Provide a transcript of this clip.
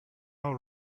all